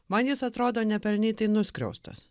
man jis atrodo nepelnytai nuskriaustas